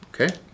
Okay